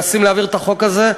136),